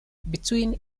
between